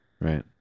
Right